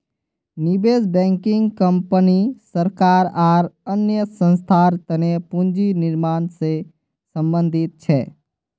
निवेश banking company सरकार आर अन्य संस्थार तने पूंजी निर्माण से संबंधित छे